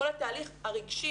כל התהליך הרגשי,